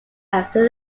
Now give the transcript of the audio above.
after